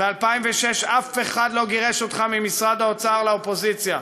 ב-2006 אף אחד לא גירש אותך ממשרד האוצר לאופוזיציה.